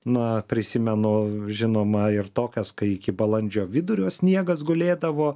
na prisimenu žinoma ir tokias kai iki balandžio vidurio sniegas gulėdavo